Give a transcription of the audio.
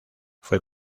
fue